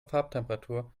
farbtemperatur